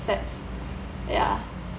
assets ya